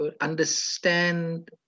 understand